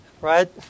Right